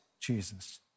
Jesus